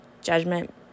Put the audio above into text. judgment